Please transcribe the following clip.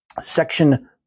section